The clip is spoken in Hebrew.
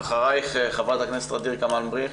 אחריך חברת הכנסת ע'דיר כמאל מריח,